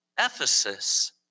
Ephesus